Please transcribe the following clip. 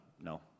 no